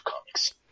comics